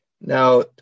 Now